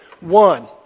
One